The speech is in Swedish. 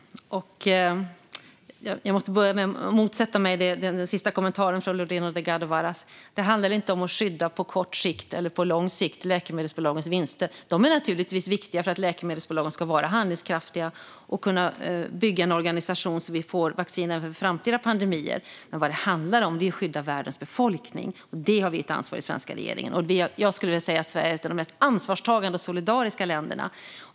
Fru talman! Jag måste börja med att motsätta mig den sista kommentaren från Lorena Delgado Varas. Det handlar inte om att skydda läkemedelsbolagens vinster på kort eller lång sikt. De är naturligtvis viktiga för att läkemedelsbolagen ska vara handlingskraftiga och kunna bygga en organisation så att vi får vaccin för framtida pandemier. Vad det handlar om är att skydda världens befolkning. Det har vi ett ansvar för i den svenska regeringen. Jag skulle vilja säga att Sverige är ett av de mest ansvarstagande och solidariska länderna.